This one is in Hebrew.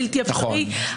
בלתי אפשרי.